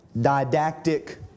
didactic